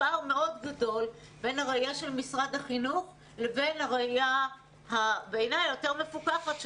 פער מאוד גדול בין הראייה של משרד החינוך לבין הראייה היותר מפוקחת,